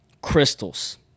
crystals